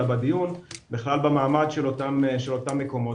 אלא בדיון בכלל במעמד של אותם מקומות,